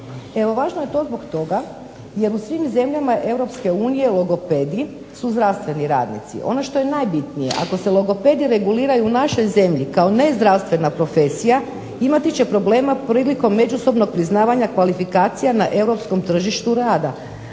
Važno je zbog toga jer u svim zemljama Europske unije logopedi su zdravstveni radnici, ono što je najbitnije ako se logopedija regulira u našoj zemlji kao nezdravstvena profesija imati će problema prilikom međusobnog priznavanja kvalifikacija na Europskom tržištu rada